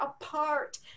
apart